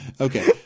Okay